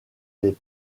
les